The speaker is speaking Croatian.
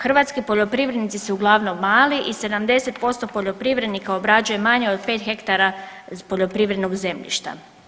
Hrvatski poljoprivrednici su uglavnom mali i 70% poljoprivrednika obrađuje manje od 5 hektara poljoprivrednog zemljišta.